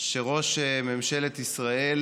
שראש ממשלת ישראל